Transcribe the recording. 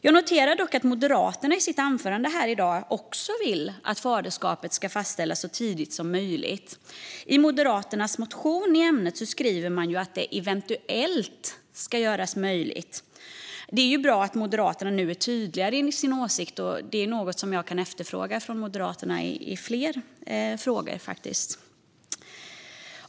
Jag noterar dock att Moderaternas företrädare i sitt anförande här i dag också ville att faderskapet ska fastställas så tidigt som möjligt. Och i Moderaternas motion i ämnet skriver man att det eventuellt ska göras möjligt. Det är bra att Moderaterna nu är tydligare i sin åsikt. Det är faktiskt något som jag kan efterfråga från Moderaterna i fler frågor.